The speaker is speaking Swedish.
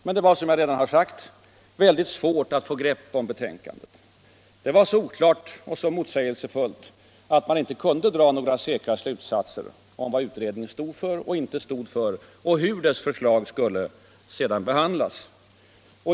Men det var, som jag redan har sagt, svårt att få grepp om betänkandet. Det var så oklart och så motsägelsefullt att man inte kunde dra några säkra slutsatser om vad utredningen stod för och inte stod för och hur dess förslag sedan skulle behandlas.